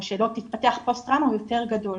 או שלא תתפתח פוסט טראומה הוא יותר גדול.